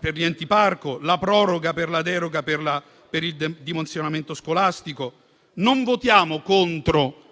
per gli enti parco, per la proroga della deroga al dimensionamento scolastico. Noi non votiamo contro